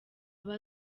aba